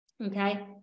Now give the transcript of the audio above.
Okay